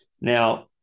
Now